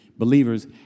Believers